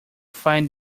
find